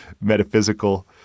metaphysical